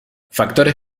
factores